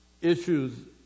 issues